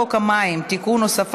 אני קובעת כי הצעת חוק הבנקאות (שירות ללקוח) (תיקון,